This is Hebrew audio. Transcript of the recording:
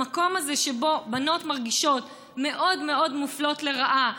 המקום הזה שבו בנות מרגישות מאוד מאוד מופלות לרעה,